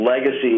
legacy